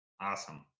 Awesome